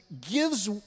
gives